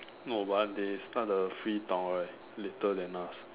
no but they start the free talk right later than us